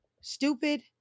stupid